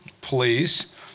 please